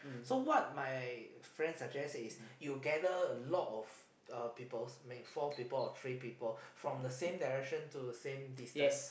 so what my friend suggest is you gather a lot of uh peoples mean four people or three people from the same direction to same distance